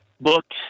booked